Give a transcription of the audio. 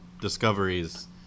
discoveries